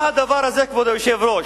מה הדבר הזה, כבוד היושב-ראש,